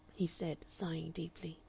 he said, sighing deeply.